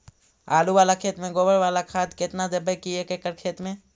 आलु बाला खेत मे गोबर बाला खाद केतना देबै एक एकड़ खेत में?